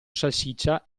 salsiccia